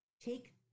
take